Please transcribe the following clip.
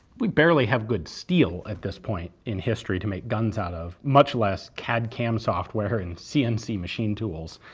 we barely have good steel at this point in history to make guns out of, much less cad cam software and cnc machine tools.